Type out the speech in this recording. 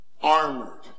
armored